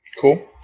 Cool